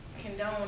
condone